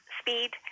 speed